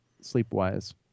sleep-wise